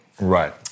Right